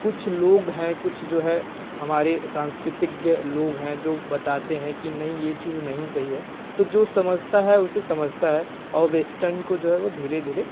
कुछ लोग हैं कुछ जो है हमारे सांस्कृतिक लोग हैं जो बताते हैं कि नहीं यह चीज़ नहीं सही है तो जो समझता है उसे समझता है और वेस्टर्न को जो है वह धीरे धीरे